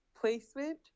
placement